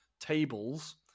tables